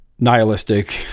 nihilistic